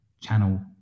channel